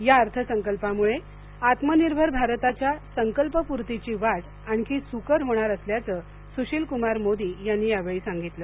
या अर्थसंकल्पामुळ आत्मनिर्भर भारताच्या संकल्पपूर्तीची वाट आणखी सुकर होणार असल्याचं सुशील कुमार मोदी यांनी यावेळी सांगितलं